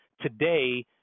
today